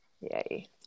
yay